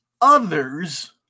Others